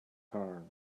turn